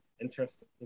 interesting